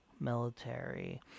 military